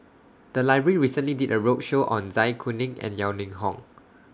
The Library recently did A roadshow on Zai Kuning and Yeo Ning Hong